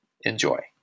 Enjoy